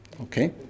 Okay